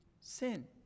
sin